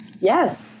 Yes